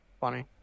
funny